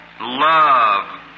love